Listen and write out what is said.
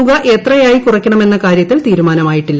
തുക എത്രയായി കുറയ്ക്കണമെന്ന കാര്യത്തിൽ തീരുമാനമായില്ല